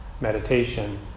meditation